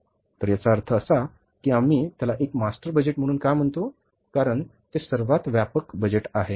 तर याचा अर्थ असा की आम्ही त्याला एक मास्टर बजेट म्हणून का म्हणतो कारण ते सर्वात व्यापक बजेट आहे